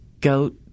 goat